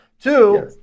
Two